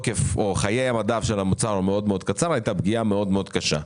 וחיי המדף של המוצר מאד מאוד קצרים והיתה פגיעה מאוד מאוד קשה.